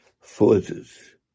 forces